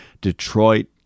Detroit